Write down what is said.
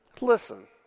listen